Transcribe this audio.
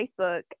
Facebook